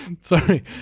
sorry